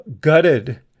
gutted